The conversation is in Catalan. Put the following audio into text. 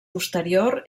posterior